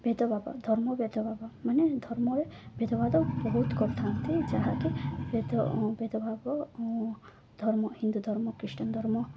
ଭେଦଭାବ ଧର୍ମ ଭେଦଭାବ ମାନେ ଧର୍ମରେ ଭେଦଭଦ ବହୁତ କରିଥାନ୍ତି ଯାହାକି ଭେଦ ଭେଦଭାବ ଧର୍ମ ହିନ୍ଦୁ ଧର୍ମ ଖ୍ରୀଷ୍ଟିଆନ୍ ଧର୍ମ